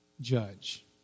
judge